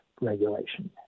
regulation